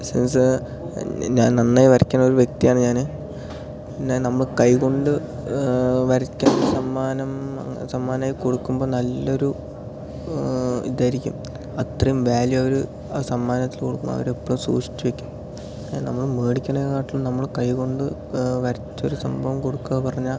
so ഞാൻ നന്നായി വരയ്ക്കുന്ന ഒരു വ്യക്തിയാണ് ഞാന് ഞാൻ നമ്മൾ കൈകൊണ്ട് വരയ്ക്കുന്ന സമ്മാനം സമ്മാനം കൊടുക്കുമ്പോൾ നല്ലൊരു ഇതായിരിക്കും അത്രേം വാല്യൂ അവരൊരു ആ സമ്മാനത്തിൽ അവരപ്പോൾ സൂക്ഷിച്ചു വെക്കും നമ്മള് മേടിക്കണതിനെക്കാട്ടിളും നമ്മള് കൈകൊണ്ട് വരച്ചൊരു സംഭവം കൊടുക്കുക പറഞ്ഞാൽ